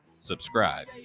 subscribe